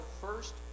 first